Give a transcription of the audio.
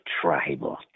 tribal